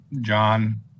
John